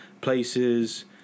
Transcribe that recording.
places